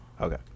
Okay